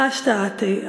השתא אתי".